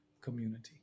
community